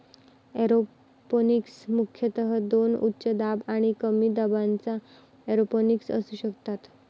aeroponics मुख्यतः दोन उच्च दाब आणि कमी दाबाच्या एरोपोनिक्स असू शकतात